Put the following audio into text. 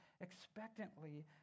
expectantly